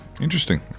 Interesting